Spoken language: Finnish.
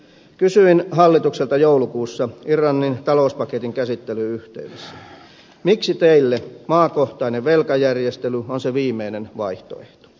kysyin hallitukselta joulukuussa irlannin talouspaketin käsittelyn yhteydessä miksi teille maakohtainen velkajärjestely on se viimeinen vaihtoehto